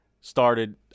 started